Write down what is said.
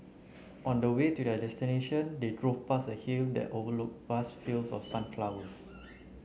on the way to their destination they drove past a hill that overlooked vast fields of sunflowers